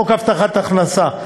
69. חוק הבטחת הכנסה,